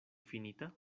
finita